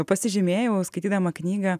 pasižymėjau skaitydama knygą